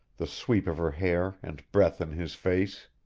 the sweep of her hair and breath in his face.